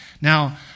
Now